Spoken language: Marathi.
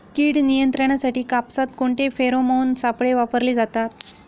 कीड नियंत्रणासाठी कापसात कोणते फेरोमोन सापळे वापरले जातात?